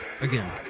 again